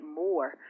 more